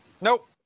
Nope